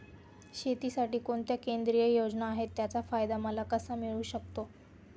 शेतीसाठी कोणत्या केंद्रिय योजना आहेत, त्याचा फायदा मला कसा मिळू शकतो?